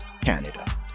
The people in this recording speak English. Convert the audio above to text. Canada